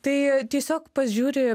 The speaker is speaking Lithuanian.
tai tiesiog pažiūri